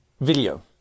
video